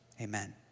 amen